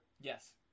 yes